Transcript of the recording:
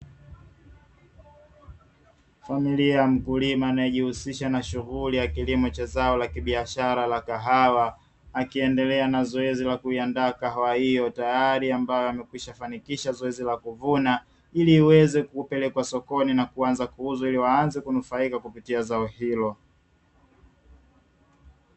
Familia ya mkulima anayejihusisha na shughuli ya kilimo cha zao kibiashara la kahawa, akiendelea na zoezi la kuiandaa kahawa hiyo tayari ambayo amekwisha fanikisha zoezi la kuvuna, ili iweze kupelekwa sokoni na kuanza kuuzwa, ili waanze kunufaika kupitia zao hili.